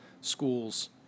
schools